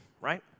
right